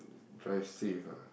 drive safe ah